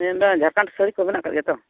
ᱤᱧ ᱢᱮᱱᱫᱟ ᱡᱷᱟᱲᱠᱷᱚᱸᱰ ᱥᱟᱹᱲᱤ ᱠᱚ ᱢᱮᱱᱟᱜ ᱟᱠᱟᱫ ᱜᱮᱭᱟ ᱛᱚ